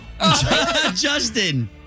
Justin